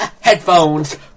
Headphones